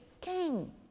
king